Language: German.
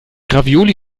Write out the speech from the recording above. ravioli